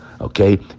okay